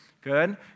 Good